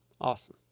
Awesome